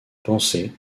pensée